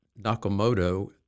Nakamoto